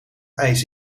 ijs